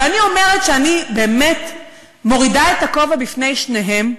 ואני אומרת שאני באמת מורידה את הכובע לפני שניהם.